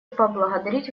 поблагодарить